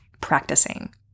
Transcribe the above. practicing